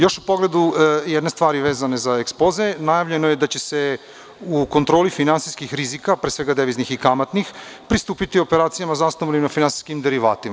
Još u pogledu jedne stvari vezane za ekspoze, najavljeno je da će se u kontroli finansijskih rizika, pre svega deviznih i kamatnih, pristupiti operacijama zasnovanim na finansijskim derivatima.